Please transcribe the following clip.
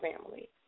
family